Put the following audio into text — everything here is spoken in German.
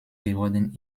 geworden